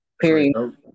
period